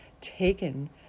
taken